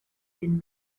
been